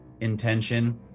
intention